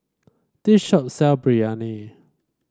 this shop sell Biryani